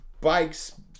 bikes